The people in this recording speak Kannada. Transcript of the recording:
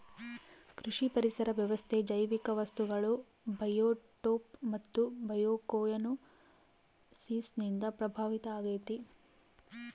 ಕೃಷಿ ಪರಿಸರ ವ್ಯವಸ್ಥೆ ಜೈವಿಕ ವಸ್ತುಗಳು ಬಯೋಟೋಪ್ ಮತ್ತು ಬಯೋಕೊಯನೋಸಿಸ್ ನಿಂದ ಪ್ರಭಾವಿತ ಆಗೈತೆ